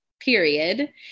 period